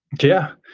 yeah.